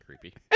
creepy